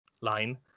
line